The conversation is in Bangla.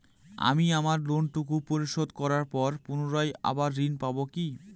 আমি আমার লোন টুকু পরিশোধ করবার পর পুনরায় আবার ঋণ পাবো কি?